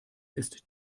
ist